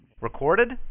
Recorded